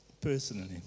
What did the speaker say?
personally